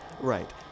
Right